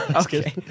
Okay